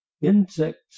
insects